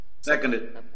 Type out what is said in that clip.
seconded